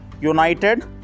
United